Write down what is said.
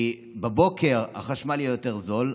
כי בבוקר החשמל יהיה יותר זול,